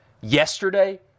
yesterday